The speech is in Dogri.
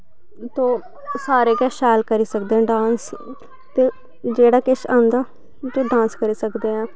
तो सारे गै शैल करी सकदे न डांस ते जेह्ड़ा किश आंदा उऐ डांस करी सकदे आं